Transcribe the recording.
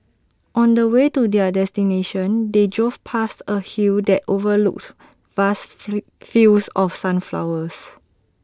on the way to their destination they drove past A hill that overlooked vast fields of sunflowers